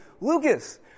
Lucas